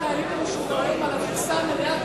חיילים משוחררים על הגרסה המלאה,